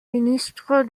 ministre